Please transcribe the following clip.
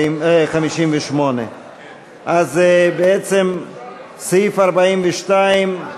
מסירים את ההסתייגות 58. בעצם סעיף 42,